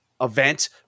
event